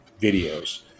videos